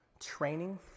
training